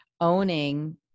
owning